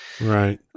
Right